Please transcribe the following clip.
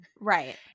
right